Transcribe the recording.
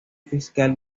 fiscal